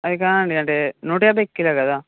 అది కాదండి అంటే నూట యాభైకి కిలో కదా